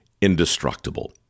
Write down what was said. indestructible